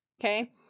Okay